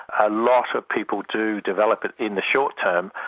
a lot of people do develop it in the short term.